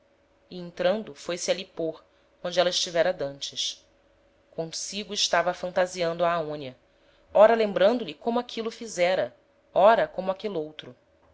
entrando foi-se ali pôr onde éla estivera d'antes consigo estava fantasiando a aonia ora lembrando lhe como aquilo fizera ora como aquel'outro